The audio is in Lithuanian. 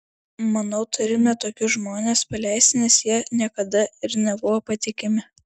manau turime tokius žmones paleisti nes jie niekada ir nebuvo patikimi